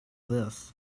this